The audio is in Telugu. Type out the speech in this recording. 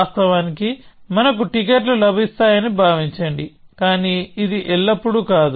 వాస్తవానికిమనకు టిక్కెట్లు లభిస్తాయని భావించండి కానీ ఇది ఎల్లప్పుడూ కాదు